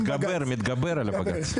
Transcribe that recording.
מתגבר על בג"ץ.